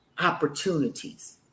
opportunities